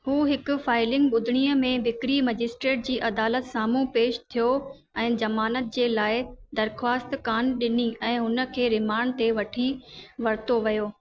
हू हिकु फाइलिंग ॿुधणी में बिक्री मजिस्ट्रेट जी अदालत साम्हूं पेशु थियो ऐं जमानत जे लाइ दरख़्वास्तु कोन्ह डि॒नी ऐं हुनखे रिमांड ते वठी वरितो वियो